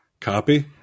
copy